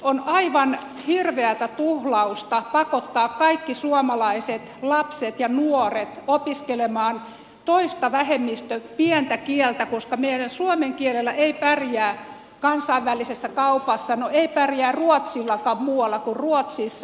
on aivan hirveätä tuhlausta pakottaa kaikki suomalaiset lapset ja nuoret opiskelemaan toista vähemmistö pientä kieltä koska meidän suomen kielellä ei pärjää kansainvälisessä kaupassa no ei pärjää ruotsillakaan muualla kuin ruotsissa